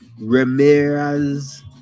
Ramirez